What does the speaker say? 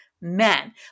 men